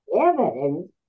evidence